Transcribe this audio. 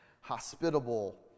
hospitable